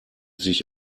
sich